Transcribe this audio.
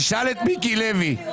הפסקה.